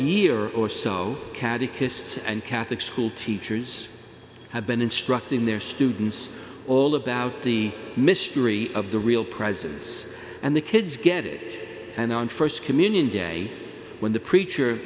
year or so catty kists and catholic school teachers have been instructing their students all about the mystery of the real prizes and the kids get it and on st communion day when the preacher